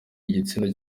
igitsina